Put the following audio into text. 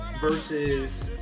versus